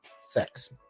sex